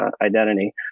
identity